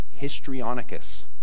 histrionicus